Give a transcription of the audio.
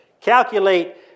calculate